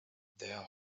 their